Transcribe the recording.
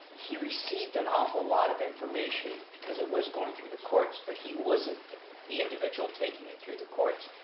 he received an awful lot of information because it was going through the courts, but he wasn't the individual taking it through the courts.